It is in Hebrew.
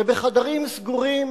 שבחדרים סגורים